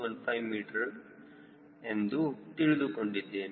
15 m ಎಂದು ತೆಗೆದುಕೊಂಡಿದ್ದೇನೆ